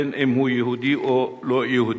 בין אם הוא יהודי או לא יהודי.